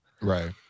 Right